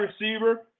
receiver